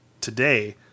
today